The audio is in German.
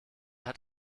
hat